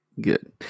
Good